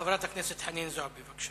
חברת הכנסת חנין זועבי, בבקשה.